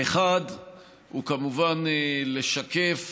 האחד הוא כמובן לשקף